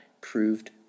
proved